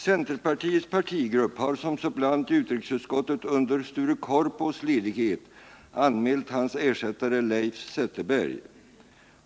Centerpartiets partigrupp har som suppleant i utrikesutskottet under Sture Korpås ledighet anmält hans ersättare Leif Zetterberg.